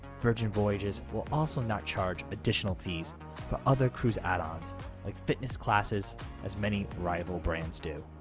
virgin voyages will also not charge additional fees for other cruise add-ons like fitness classes as many rival brands do.